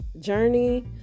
journey